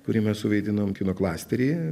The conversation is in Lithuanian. kurį mes suvaidinom kino klasteryje